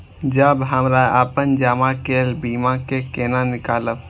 जब हमरा अपन जमा केल बीमा के केना निकालब?